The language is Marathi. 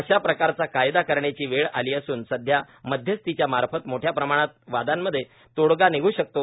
अशा प्रकारचा कायदा करण्याची वेळ आली असून सध्या मध्यस्थीच्या मार्फत मोठ्या प्रमाणात वांदामध्ये तोडगा निघू शकतो